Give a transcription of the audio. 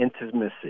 intimacy